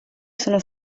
sono